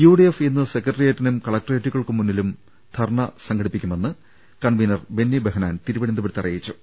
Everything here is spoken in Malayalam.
യു ഡി എഫ് ഇന്ന് സെക്രട്ടേറിയറ്റിനും കലക്ട്രേറ്റുകൾക്കും മുന്നിൽ ധർണ്ണ സംഘടിപ്പിക്കുമെന്ന് കൺവീനൽ ബെന്നി ബെഹ്നാൻ തിരു വനന്തപുരത്ത് അറിയിച്ചു